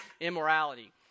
immorality